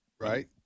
right